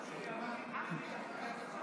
היושב-ראש, רק שנייה.